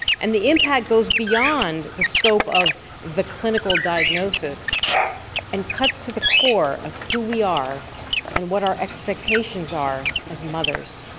and the impact goes beyond the scope of the clinical diagnosis and cuts to the core of who we are and what our expectations are as mothers.